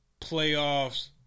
playoffs